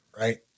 right